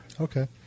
Okay